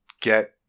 get